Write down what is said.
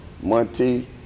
monty